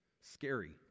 scary